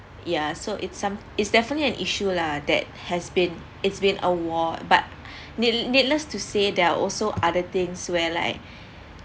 yeah so it's some it's definitely an issue lah that has been it's been a war but needl~ needless to say there are also other things where like